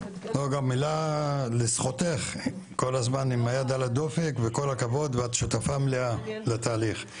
מילה לזכותך כל הזמן עם היד על הדופק וכל הכבוד את שותפה מלאה לתהליך.